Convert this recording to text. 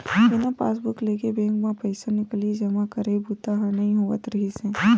बिना पासबूक लेगे बेंक म पइसा निकलई, जमा करई बूता ह नइ होवत रिहिस हे